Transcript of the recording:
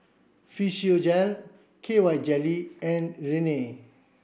Physiogel K Y jelly and Rene